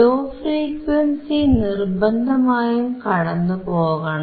law frequency നിർബന്ധമായും കടന്നുപോകണം